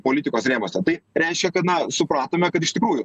politikos rėmuose tai reiškia kad na supratome kad iš tikrųjų